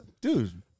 Dude